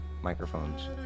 microphones